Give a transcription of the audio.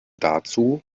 dazu